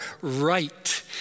right